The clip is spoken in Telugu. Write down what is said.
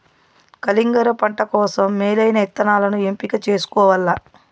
కలింగర పంట కోసం మేలైన ఇత్తనాలను ఎంపిక చేసుకోవల్ల